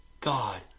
God